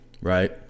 right